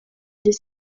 des